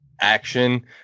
action